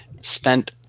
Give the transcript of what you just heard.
spent